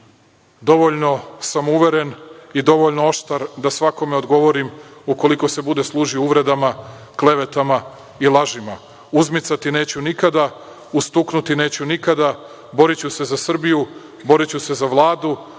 dovoljno samouveren i dovoljno oštar da svakome odgovorim ukoliko se bude služio uvredama, klevetama i lažima. Uzmicati neću nikada, ustuknuti neću nikada, boriću se za Srbiju, boriću se za Vladu,